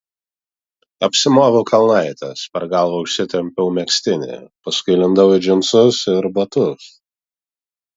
apsimoviau kelnaites per galvą užsitempiau megztinį paskui įlindau į džinsus ir batus